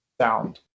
sound